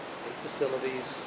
facilities